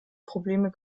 probleme